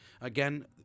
Again